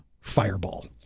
Fireball